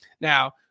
Now